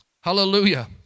Hallelujah